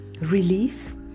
relief